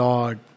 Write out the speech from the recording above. Lord